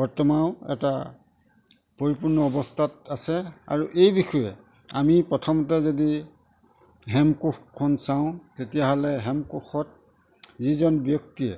বৰ্তমান এটা পৰিপূৰ্ণ অৱস্থাত আছে আৰু এই বিষয়ে আমি প্ৰথমতে যদি হেমকোষখন চাওঁ তেতিয়াহ'লে হেমকোষত যিজন ব্যক্তিয়ে